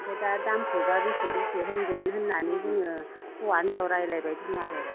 ओमफ्राय दा दामखौबा बेसे बेसे होनगोन होन्नानै जोङो हौवा हिन्जाव रायलायबाय दं आरो